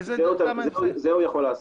זה הוא יוכל לעשות.